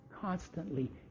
constantly